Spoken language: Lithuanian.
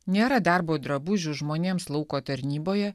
nėra darbo drabužių žmonėms lauko tarnyboje